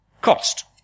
cost